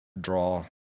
draw